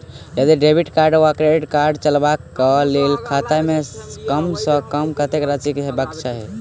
यदि डेबिट वा credit card चलबाक कऽ लेल खाता मे कम सऽ कम कत्तेक राशि हेबाक चाहि?